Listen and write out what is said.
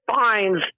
fines